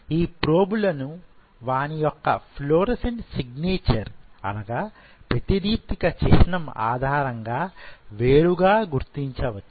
ఈ ప్రోబులును వాని యొక్క ఫ్లోరోసెంట్ సిగ్నేచర్ అనగా ప్రతిదీప్తిక చిహ్నం ఆధారంగా వేరుగా గుర్తించవచ్చు